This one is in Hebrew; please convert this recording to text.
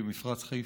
במפרץ חיפה.